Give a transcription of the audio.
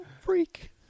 freak